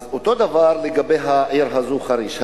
אז אותו דבר לגבי העיר הזאת, חריש.